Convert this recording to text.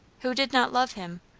who did not love him,